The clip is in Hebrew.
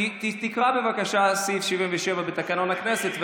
תקרא בבקשה את סעיף 77 בתקנון הכנסת,